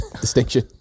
distinction